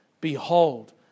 Behold